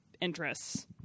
interests